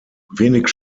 wenig